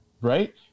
right